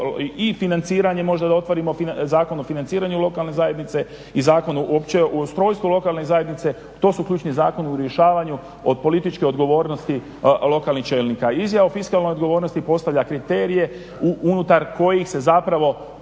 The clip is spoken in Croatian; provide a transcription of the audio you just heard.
i financiranje možda da otvorimo Zakon o financiranju lokalne zajednice i Zakon o ustrojstvu lokalne zajednice. To su ključni zakoni u rješavanju od političke odgovornosti lokalnih čelnika. Izjava o fiskalnoj odgovornosti postavlja kriterije unutar kojih se zapravo